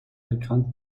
erkannt